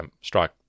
strike